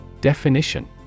Definition